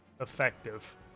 effective